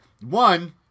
One